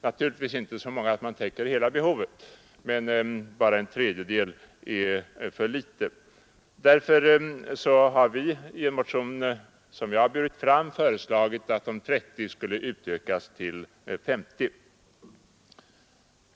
Naturligtvis inte så många att man täcker hela behovet, men bara en tredjedel är för litet. Därför har vi i en motion, som jag har burit fram, föreslagit att de 30 tjänsterna skulle ökas till 50.